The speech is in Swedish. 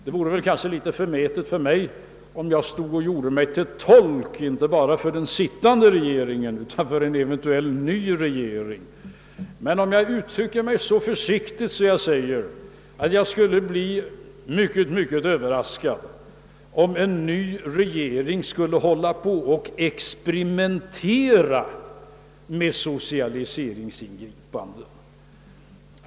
Det vore förmätet om jag gjorde mig till tolk inte bara för den sittande regeringen utan även för en eventuell ny regering. Jag kan uttrycka mig så försiktigt att jag säger att jag skulle bli mycket överraskad om en ny regering skulle experimentera med socialiseringsingripanden.